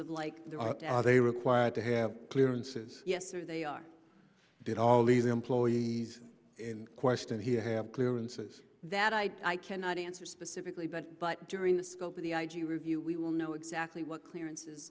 of like are they required to have clearances yes or they are did all these employees in question here have clearances that i cannot answer specifically but but during the scope of the i g review we will know exactly what clearances